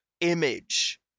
image